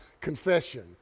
confession